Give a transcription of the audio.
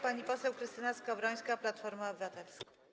Pani poseł Krystyna Skowrońska, Platforma Obywatelska.